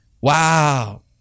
Wow